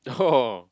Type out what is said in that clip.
oh